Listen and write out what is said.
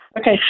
Okay